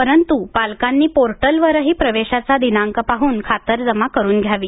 परंतु पालकांनी पोर्टलवरही प्रवेशाचा दिनांक पाहन खातरजमा करून घ्यावी